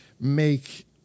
make